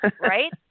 right